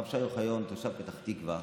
הרב שי אוחיון, תושב פתח תקווה,